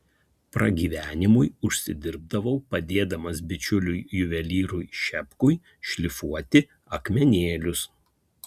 pragyvenimui užsidirbdavau padėdamas bičiuliui juvelyrui šepkui šlifuoti akmenėlius